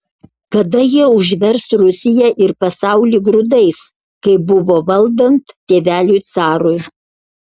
kada jie užvers rusiją ir pasaulį grūdais kaip buvo valdant tėveliui carui